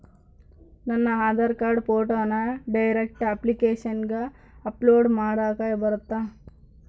ನನ್ನ ಆಧಾರ್ ಕಾರ್ಡ್ ಫೋಟೋನ ಡೈರೆಕ್ಟ್ ಅಪ್ಲಿಕೇಶನಗ ಅಪ್ಲೋಡ್ ಮಾಡಾಕ ಬರುತ್ತಾ?